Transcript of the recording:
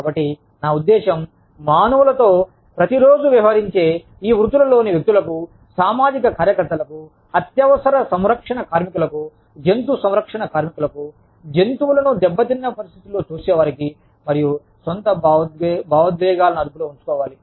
కాబట్టి నా ఉద్దేశ్యం మానవులతో ప్రతిరోజు వ్యవహరించే ఈ వృత్తులలోని వ్యక్తులకు సామాజిక కార్యకర్తలకు అత్యవసర సంరక్షణ కార్మికులకు జంతు సంరక్షణ కార్మికులకు జంతువులను దెబ్బతిన్న పరిస్థితుల్లో చూసేవారికి మరియు వారి స్వంత భావోద్వేగాలను అదుపులో ఉంచుకోవాలి